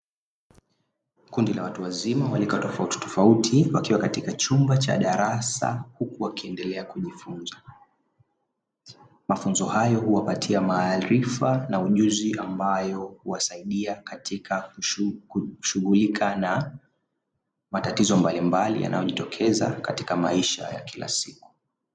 Kundi lla watu wazima wa rika tofauti tofauti wakiwa katika chumba cha darasa huku wakiendelea kujifunza. Mafunzo hayo huwapatia maarifa na ujuzi ambayo huwasaidia katika kushughulika na matatizo mbalimbali yanayojitokeza katika maisha ya kila siku.